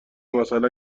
مثلا